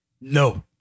No